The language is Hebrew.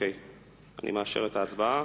אני מאשר את ההצבעה.